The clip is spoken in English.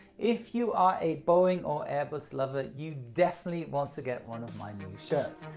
if you are a boeing or airbus lover, you definitely want to get one of my new shirts.